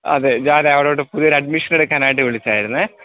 അതേ ഞാൻ അവിടോട്ട് പുതിയ ഒരു അഡ്മിഷൻ എടുക്കാനായിട്ട് വിളിച്ചതായിരുന്നു